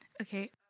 Okay